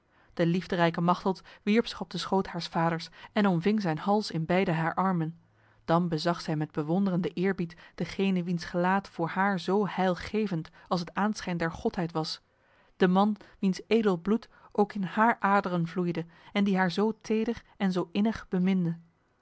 de liefderijke machteld wierp zich op de schoot haars vaders en omving zijn hals in beide haar armen dan bezag zij met bewonderende eerbied degene wiens gelaat voor haar zo heilgevend als het aanschijn der godheid was de man wiens edel bloed ook in haar aderen vloeide en die haar zo teder en zo innig